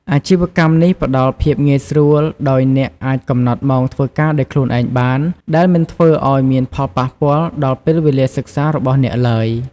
អាជីវកម្មនេះផ្តល់ភាពងាយស្រួល ដោយអ្នកអាចកំណត់ម៉ោងធ្វើការដោយខ្លួនឯងបាន ដែលមិនធ្វើឲ្យមានផលប៉ះពាល់ដល់ពេលវេលាសិក្សារបស់អ្នកឡើយ។